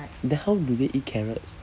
then how do they eat carrots